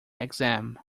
exam